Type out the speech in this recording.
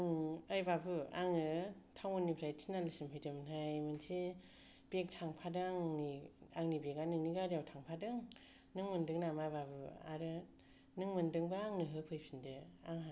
आं ओइ बाबु आङो टाउन निफ्राय थिनालिसिम फैदोंमोन हाय मोनसे बेग थांफादों आंनि आंनि बेग आ नेंनि गारियाव थांफादों नों मोनदों नामा बाबु आरो नों मोनदोंबा आंनो होफैफिनदो आंहा